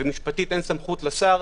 ומשפטית אין סמכות לשר,